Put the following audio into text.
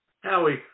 Howie